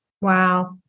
Wow